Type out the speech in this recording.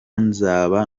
nzaba